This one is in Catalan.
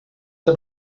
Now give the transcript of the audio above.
que